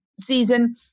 season